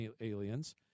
aliens